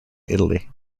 italy